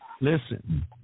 Listen